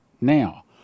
Now